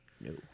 No